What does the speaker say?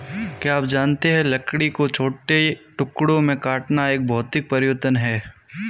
क्या आप जानते है लकड़ी को छोटे टुकड़ों में काटना एक भौतिक परिवर्तन है?